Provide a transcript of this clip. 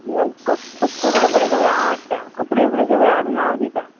ना कोपडे बिपडे सगळे हांव हाडटां कोपडे सगळे हाडून हांव दितां